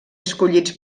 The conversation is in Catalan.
escollits